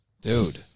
Dude